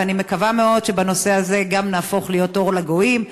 ואני מקווה מאוד שבנושא הזה גם נהפוך להיות אור לגויים.